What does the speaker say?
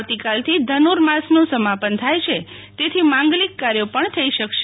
આવતીકાલથી ધનુર માસનું સમાપન થાય છે તેથી માંગલિક કાર્યો પણ થઈ શકશે